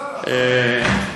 השר אמר.